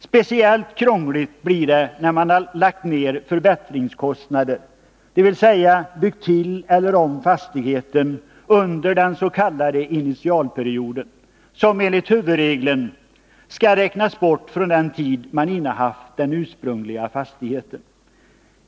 Speciellt krångligt blir det när man haft förbättringskostnader, dvs. byggt till eller om fastigheten, under den s.k. initialperioden som enligt huvudregeln skall räknas bort från den tid man innehaft den ursprungliga fastigheten.